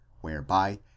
whereby